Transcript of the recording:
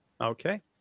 Okay